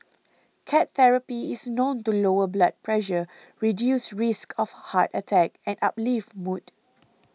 cat therapy is known to lower blood pressure reduce risks of heart attack and uplift mood